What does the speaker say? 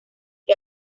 que